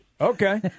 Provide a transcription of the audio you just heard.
Okay